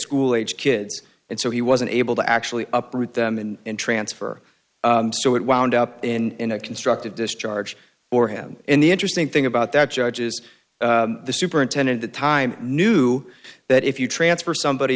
school age kids and so he wasn't able to actually uproot them and transfer so it wound up in a constructive discharge or him and the interesting thing about that judges the superintendent that time knew that if you transfer somebody